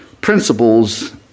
principles